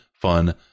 fun